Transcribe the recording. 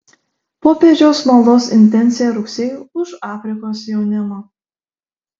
popiežiaus maldos intencija rugsėjui už afrikos jaunimą